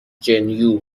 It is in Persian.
gen